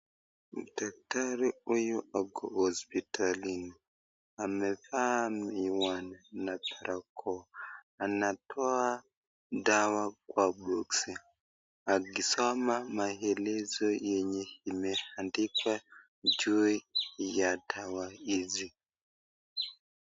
Daktari huyu ako hospitalini amevaa miwani na barakoa. Anatoa dawa kwa boxi akisoma maelezo yenye imeandikwa juu ya dawa hizi.